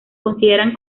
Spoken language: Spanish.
consideran